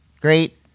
great